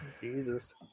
Jesus